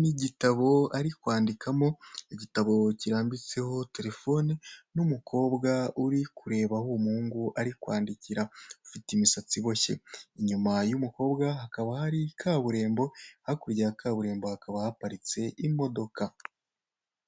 n'igitabo ari kwandikamo. Igitabo kirambitseho terefone n'umukobwa uri kureba aho uwo muhungu ari kwandikira afite imisatsi iboshye, inyuma y'umukobwa hakaba hari kaburimbo hakurya ya kaburimbo hakaba haparitse imodoka.